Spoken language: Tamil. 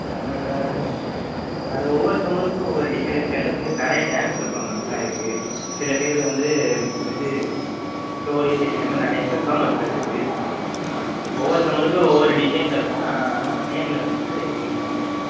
அது ஒவ்வொருத்தவங்களுக்கும் ஒவ்வொரு டிசைனில் செலப்ரேட் நிறைய டான்ஸ் பர்ஃபாமென்ஸ்லாம் இருக்குது சில பேர் வந்து இது ஸ்டோரி டெல்லிங் அதே மாரி நிறைய பர்ஃபாமென்ஸ் இருக்குது ஒவ்வொருத்தவங்களுக்கும் ஒவ்வொரு டிசைனில் இருக்கும் நான் நேரில் வந்துட்டு அது எப்படின்னு சொல்லிடுறேன்